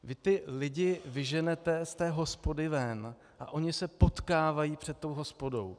Vy ty lidi vyženete z hospody ven a oni se potkávají před tou hospodou.